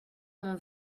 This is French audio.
mon